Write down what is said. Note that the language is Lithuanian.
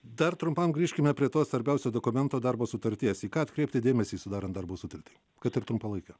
dar trumpam grįžkime prie to svarbiausio dokumento darbo sutarties į ką atkreipti dėmesį sudarant darbo sutartį kad ir trumpalaikiu